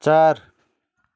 चार